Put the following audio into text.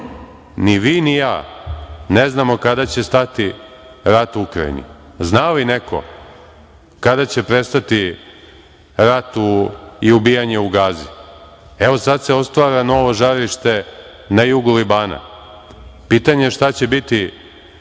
Ni vi ni ja ne znamo kada će stati rat u Ukrajini. Zna li neko kada će prestati rat i ubijanje u Gazi? Evo, sada se otvara novo žarište na jugu Libana. Pitanje je šta će biti